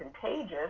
contagious